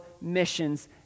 missions